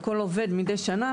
על כל עובד מידי שנה